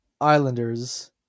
Islanders